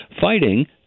fighting